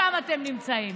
שם אתם נמצאים.